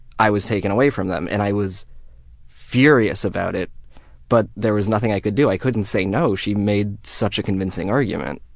i was taken away from them. and i was furious about it but there was nothing i could do. i couldn't say no, she made such a convincing argument.